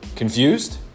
Confused